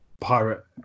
pirate